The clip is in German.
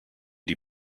die